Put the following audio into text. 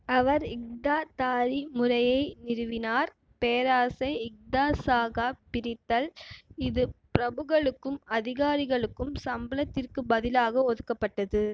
அவர் இக்தாதாரி முறையை நிறுவினார் பேரரசை இக்தாஸாகப் பிரித்தல் இது பிரபுக்களுக்கும் அதிகாரிகளுக்கும் சம்பளத்திற்குப் பதிலாக ஒதுக்கப்பட்டது